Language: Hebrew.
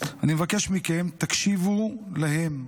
אני מבקש מכם: תקשיבו להם,